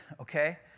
okay